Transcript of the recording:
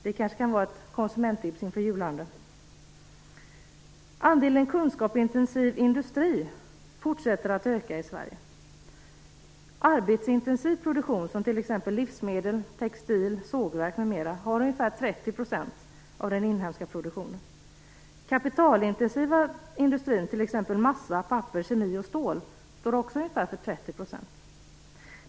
Det kanske kan vara ett konsumenttips inför julhandeln. Andelen kunskapsintensiv industri fortsätter att öka i Sverige. Arbetsintensiv produktion som t.ex. livsmedel, textil, sågverk m.m. har ungefär 30 % av den inhemska produktionen. Den kapitalintensiva industrin, t.ex. massa, papper, kemi och stål, står också för ungefär 30 %.